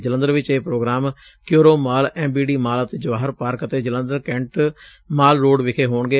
ਜਲੰਧਰ ਵਿਚ ਇਹ programme Curo mall M B D mall ਅਤੇ ਜਵਾਹਰ ਪਾਰਕ ਅਤੇ ਜਲੰਧਰ ਕੈਂਟ ਮਾਲ ਰੋਡ ਵਿਖੇ ਹੋਣਗੇ